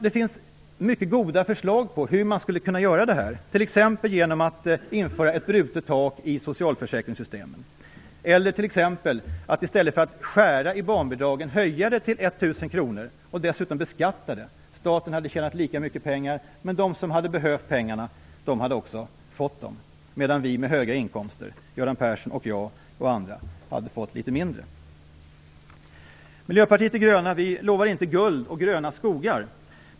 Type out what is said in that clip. Det finns mycket goda förslag till hur man skulle kunna göra detta, t.ex. genom att införa ett brutet tak i socialförsäkringssystemen eller att i stället för att skära i barnbidraget i stället höja det till 1 000 kr och dessutom beskatta det. Staten hade tjänat lika mycket pengar. De som hade behövt pengarna hade också fått dem, medan vi med höga inkomster - Göran Persson, jag och andra - hade fått litet mindre. Miljöpartiet de gröna lovar inte guld och gröna skogar.